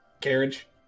carriage